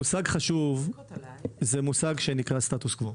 מושג חשוב זה מושג שנקרא "סטטוס קוו".